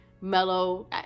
mellow